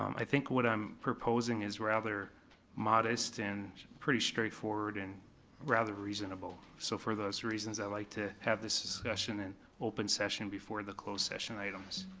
i think what i'm proposing is rather modest and pretty straightforward and rather reasonable. so for those reasons i'd like to have this discussion in open session before the closed session items.